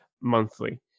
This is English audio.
monthly